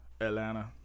Atlanta